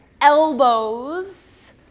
elbows